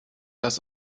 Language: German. das